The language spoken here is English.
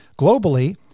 Globally